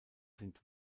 sind